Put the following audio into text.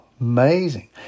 amazing